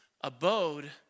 abode